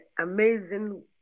amazing